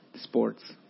sports